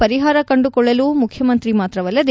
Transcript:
ಪರಿಹಾರ ಕಂಡುಕೊಳ್ಳಲು ಮುಖ್ಯಮಂತ್ರಿ ಮಾತ್ರವಲ್ಲದೆ